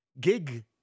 gig